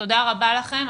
תודה רבה לכם.